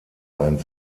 ein